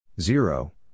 Zero